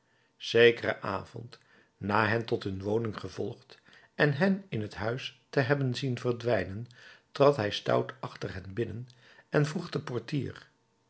zekeren avond na hen tot hun woning gevolgd en hen in het huis te hebben zien verdwijnen trad hij stout achter hen binnen en vroeg den portier